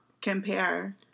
compare